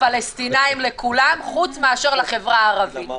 לפלסטינאים, לכולם, חוץ מאשר לחברה הערבית.